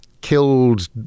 killed